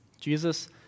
Jesus